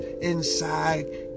inside